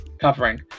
covering